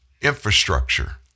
infrastructure